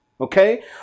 Okay